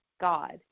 God